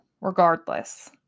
regardless